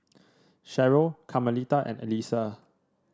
Cherryl Carmelita and Elyssa